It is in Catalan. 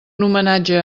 homenatge